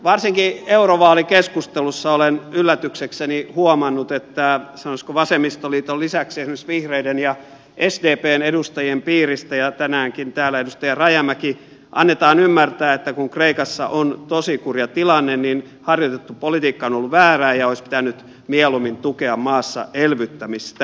varsinkin eurovaalikeskustelussa olen yllätyksekseni huomannut että sanoisiko vasemmistoliiton lisäksi esimerkiksi vihreiden ja sdpn edustajien piiristä ja tänäänkin täällä edustaja rajamäki annetaan ymmärtää että kun kreikassa on tosi kurja tilanne niin harjoitettu politiikka on ollut väärää ja olisi pitänyt mieluummin tukea maassa elvyttämistä